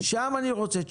שם אני רוצה תשובות.